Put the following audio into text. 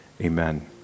amen